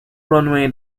runway